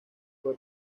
fue